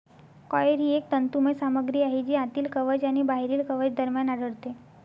coir ही एक तंतुमय सामग्री आहे जी आतील कवच आणि बाहेरील कवच दरम्यान आढळते